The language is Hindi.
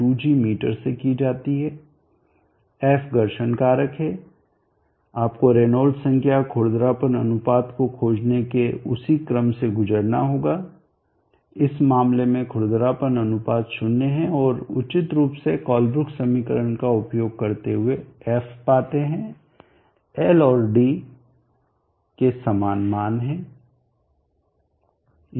f घर्षण कारक है आपको रेनॉल्ड्स संख्या खुरदरापन अनुपात को खोजने के उसी क्रम से गुजरना होगा इस मामले में खुरदरापन अनुपात 0 है और उचित रूप से कोलेब्रूक समीकरण का उपयोग करते हुए f पाते हैं L और d के समान मान हैं